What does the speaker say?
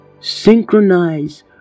Synchronize